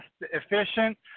efficient